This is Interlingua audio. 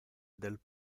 del